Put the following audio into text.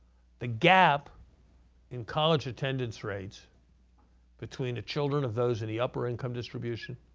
the gap in college attendance rates between the children of those in the upper income distribution